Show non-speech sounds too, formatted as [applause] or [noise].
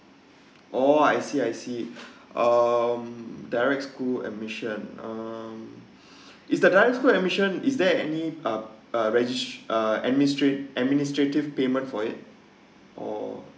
[breath] oh I see I see [breath] um direct school admission um [breath] is the direct school admission is there any uh uh regis~ uh administra~ administrative payment for it oh